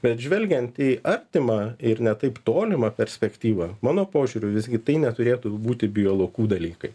bet žvelgiant į artimą ir ne taip tolimą perspektyvą mano požiūriu visgi tai neturėtų būti biolaukų dalykai